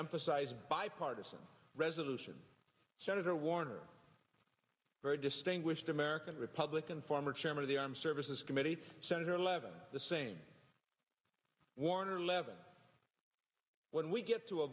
emphasize bipartisan resolution senator warner a very distinguished american republican former chairman of the armed services committee senator levin the same warner eleven when we get t